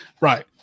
Right